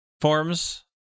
forms